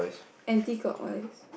anti clockwise